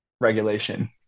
regulation